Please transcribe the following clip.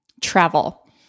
Travel